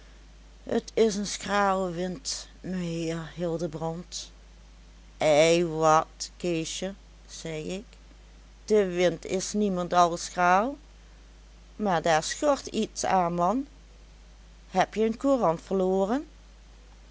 t is een schrale wind meheer hildebrand ei wat keesje zei ik de wind is niemendal schraal maar daar schort iets aan man hebje een courant verloren